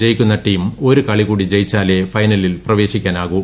ജയിക്കുന്ന ടീം ഒരു കളികൂടി ജയിച്ചാലെ ഫൈനലിൽ പ്രവേശിക്കാനാകൂ